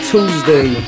Tuesday